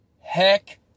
Heck